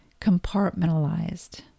compartmentalized